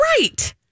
Right